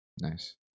Nice